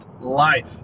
Life